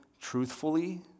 truthfully